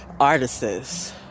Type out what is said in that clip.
artists